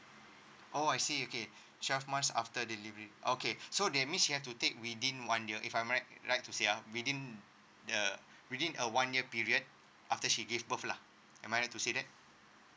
oh I see okay twelve months after delivery okay so that means she have to take within one year if I'm right right to say ah within uh within a one year period after she gave birth lah am I right to say that